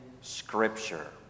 Scripture